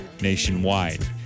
nationwide